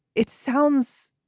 it sounds